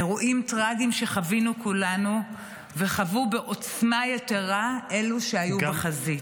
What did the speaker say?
אירועים טרגיים שחווינו כולנו וחוו בעוצמה יתרה אלו שהיו בחזית,